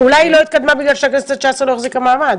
אולי היא לא התקדמה בגלל שהכנסת ה-19 לא החזיקה מעמד.